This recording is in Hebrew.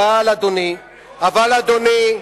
אבל, אדוני,